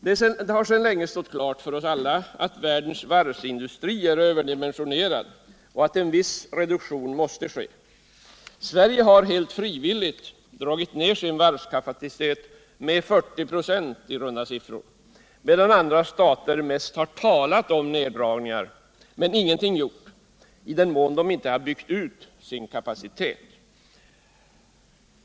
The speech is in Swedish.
Det har sedan länge stått klart för oss alla att världens varvsindustri är överdimensionerad och att en viss reduktion måste till. Sverige har helt frivilligt dragit ned sin varvskapacitet med ca 40 ?6 , medan andra stater mest talat om neddragningar men ingenting gjort i den mån de inte byggt ut sin kapacitet.